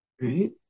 right